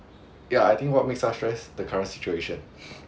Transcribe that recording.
ya I think what makes us stressed the current situation